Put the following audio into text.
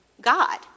God